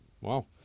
wow